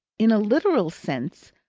in a literal sense,